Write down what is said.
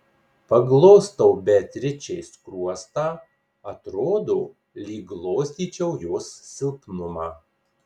paglostau beatričei skruostą atrodo lyg glostyčiau jos silpnumą